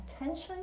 Attention